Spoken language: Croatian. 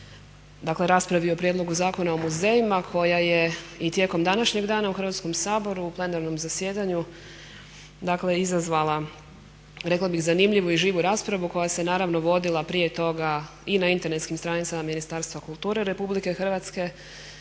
dakle raspravi o Prijedlogu zakona o muzejima koja je i tijekom današnjeg dana u Hrvatskom saboru u plenarnom zasjedanju, dakle izazvala rekla bih zanimljivu i živu raspravu koja se naravno vodila prije toga i na internetskim stranicama Ministarstva kulture RH ali isto